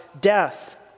death